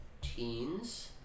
teens